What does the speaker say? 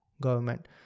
government